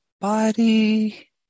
body